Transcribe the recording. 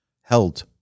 held